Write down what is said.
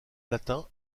latin